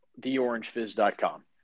theorangefizz.com